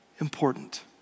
important